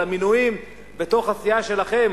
על המינויים בתוך הסיעה שלכם,